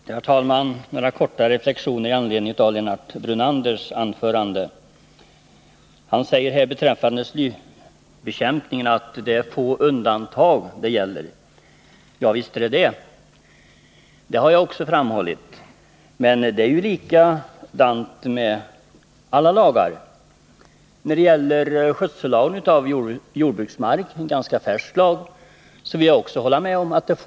Herr talman! Några korta reflexioner med anledning av Lennart Brunanders anförande. Beträffande slybekämpningen sade han att få undantag gäller. Visst gör det det. Detta har jag själv framhållit. Men det är ju likadant med alla lagar. Även när det gäller skötsellagen om jordbruksmark, en ganska ny lag, vill jag påstå att få undantag gäller.